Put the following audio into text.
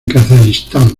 kazajistán